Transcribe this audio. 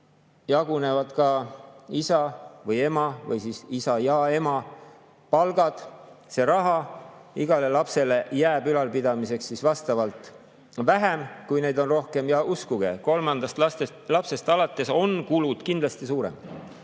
perekonnas jagunevad ka isa või ema või isa ja ema palk, see raha. Igale lapsele jääb ülalpidamiseks vastavalt vähem, kui neid on rohkem. Ja uskuge, kolmandast lapsest alates on kulud kindlasti suuremad,